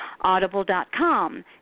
Audible.com